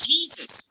Jesus